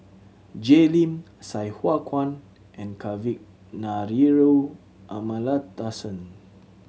Jay Lim Sai Hua Kuan and Kavignareru Amallathasan